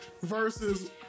versus